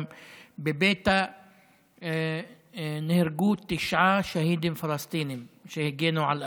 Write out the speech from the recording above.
גם בביתא נהרגו תשעה שהידים פלסטינים שהגנו על אדמתם.